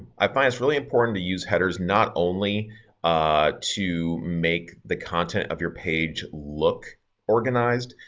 i find it really important to use headers not only to make the content of your page look organized,